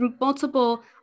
multiple